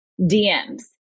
DMs